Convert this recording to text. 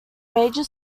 major